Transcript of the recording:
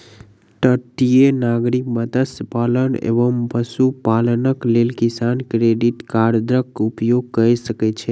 तटीय नागरिक मत्स्य पालन एवं पशुपालनक लेल किसान क्रेडिट कार्डक उपयोग कय सकै छै